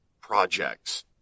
projects